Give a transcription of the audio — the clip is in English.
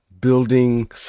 building